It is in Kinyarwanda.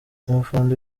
umufundi